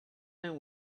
and